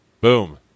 Boom